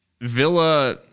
Villa